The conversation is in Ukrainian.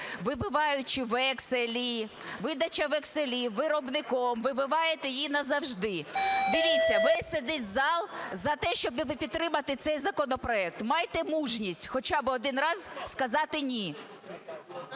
Вибиваючи векселі, видача векселів виробником, вибиваєте її назавжди. Дивіться, весь сидить зал за те, щоб підтримати цей законопроект. Майте мужність хоча б один раз сказати "ні"